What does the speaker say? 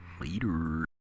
Later